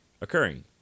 occurring